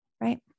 Right